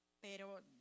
pero